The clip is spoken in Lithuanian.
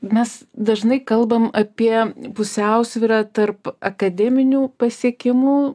mes dažnai kalbam apie pusiausvyrą tarp akademinių pasiekimų